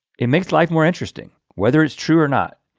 it makes life more interesting, whether it's true or not.